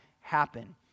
happen